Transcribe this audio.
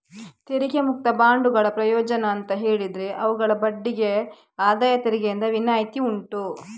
ತೆರಿಗೆ ಮುಕ್ತ ಬಾಂಡುಗಳ ಪ್ರಯೋಜನ ಅಂತ ಹೇಳಿದ್ರೆ ಅವುಗಳ ಬಡ್ಡಿಗೆ ಆದಾಯ ತೆರಿಗೆಯಿಂದ ವಿನಾಯಿತಿ ಉಂಟು